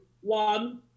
one